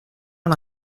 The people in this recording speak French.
par